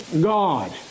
God